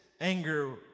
anger